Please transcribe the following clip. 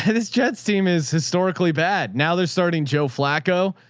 ah this jet steam is historically bad. now they're starting joe flacco.